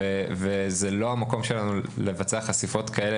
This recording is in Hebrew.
וזה לא המקום שלנו לבצע חשיפות כאלה